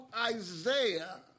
Isaiah